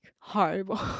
horrible